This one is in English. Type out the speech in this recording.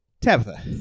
Tabitha